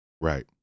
Right